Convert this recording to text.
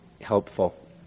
helpful